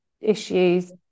issues